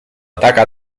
ataca